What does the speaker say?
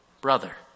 brother